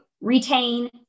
retain